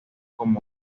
como